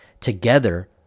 Together